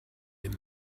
him